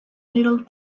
little